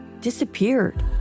disappeared